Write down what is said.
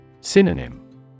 Synonym